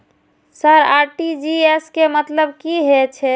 Sir RTGS के मतलब की हे छे?